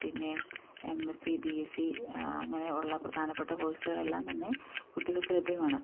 പിന്നെ M S C B S C അങ്ങനെയുള്ള പ്രധാനപ്പെട്ട കോഴ്സുകളെല്ലാം തന്നെ കുട്ടികൾക്ക് ലഭ്യമാണ്